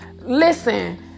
Listen